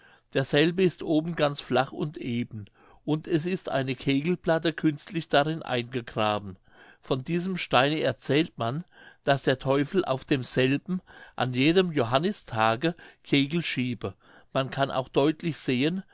derselbe ist oben ganz flach und eben und es ist eine kegelplatte künstlich darin eingegraben von diesem steine erzählt man daß der teufel auf demselben an jedem johannistage kegel schiebe man kann auch deutlich sehen